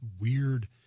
weird